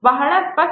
ಬಹಳ ಸ್ಪಷ್ಟ